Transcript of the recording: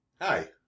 Hi